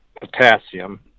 potassium